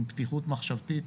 עם פתיחות מחשבתית,